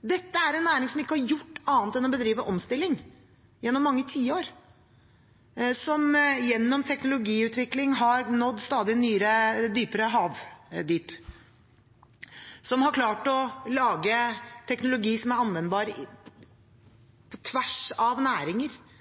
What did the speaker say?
Dette er en næring som ikke har gjort annet enn å bedrive omstilling gjennom mange tiår, som gjennom teknologiutvikling har nådd stadig dypere havdyp, som har klart å lage teknologi som er anvendbar på tvers av næringer,